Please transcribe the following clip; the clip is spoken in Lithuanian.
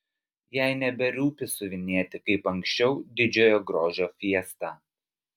jai neberūpi siuvinėti kaip anksčiau didžiojo grožio fiestą